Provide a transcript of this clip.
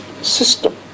system